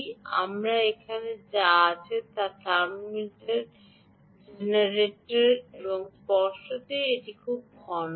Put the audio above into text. আমার এখানে যা আছে তা থার্মোইলেক্ট্রিক জেনারেটর এবং স্পষ্টতই এটি খুব ঘন নয়